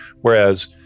whereas